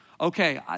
okay